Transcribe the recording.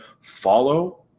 follow